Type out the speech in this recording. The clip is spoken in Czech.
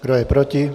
Kdo je proti?